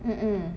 mm mm